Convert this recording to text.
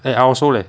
eh I also leh